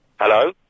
Hello